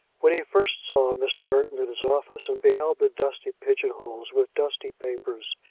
when he first saw mr. burton in his office, and beheld the dusty pigeon-holes with dusty papers,